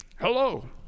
Hello